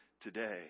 today